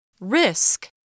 Risk